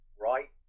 right